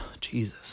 jesus